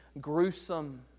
gruesome